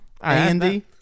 Andy